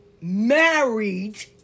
married